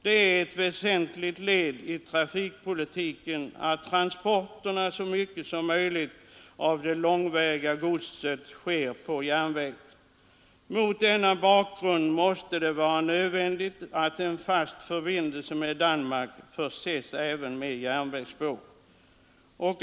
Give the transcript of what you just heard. Det är ett väsentligt led i trafikpolitiken att transporterna av det långväga godset så mycket som möjligt sker på järnväg. Mot denna bakgrund måste det vara nödvändigt att en fast förbindelse med Danmark förses även med järnvägsspår.